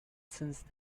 since